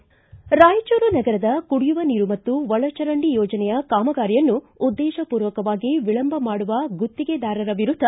ರಾಯಚೂರು ನಗರದ ಕುಡಿಯುವ ನೀರು ಮತ್ತು ಒಳ ಚರಂಡಿ ಯೋಜನೆಯ ಕಾಮಗಾರಿಯನ್ನು ಉದ್ದೇಶಪೂರ್ವಕವಾಗಿ ವಿಳಂಬ ಮಾಡುವ ಗುತ್ತಿಗೆದಾರರ ವಿರುದ್ಧ